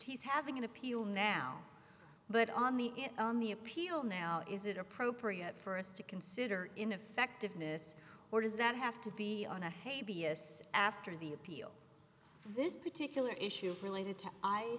he's having an appeal now but on the on the appeal now is it appropriate for us to consider ineffectiveness or does that have to be on a hay b s after the appeal this particular issue related